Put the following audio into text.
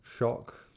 shock